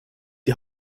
die